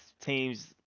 teams